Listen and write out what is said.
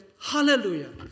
hallelujah